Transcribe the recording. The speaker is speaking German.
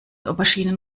auberginen